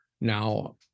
Now